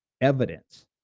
evidence